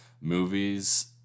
movies